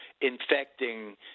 infecting